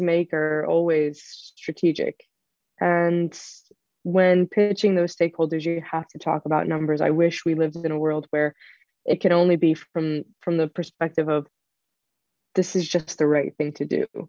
make are always strategic when pitching those stakeholders you have to talk about numbers i wish we lived in a world where it could only be from the perspective of this is just the right thing to do